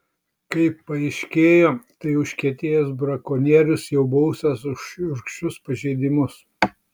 kaip paaiškėjo tai užkietėjęs brakonierius jau baustas už šiurkščius pažeidimus